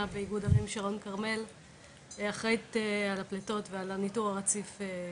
היום ט' באייר התשפ"ב, 10 במאי 2022. על סדר היום: